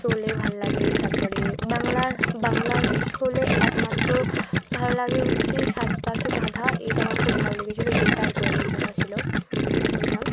শোলে ভালো লাগে তারপরে বাংলার বাংলার শোলে একমাত্র ভালো লাগে হচ্ছে সাত পাঁকে বাঁধা এইটা আমার খুব ভালো লেগেছিলো জিৎ আর কোয়েলের যেটা ছিলো ওটা